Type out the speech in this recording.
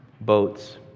boats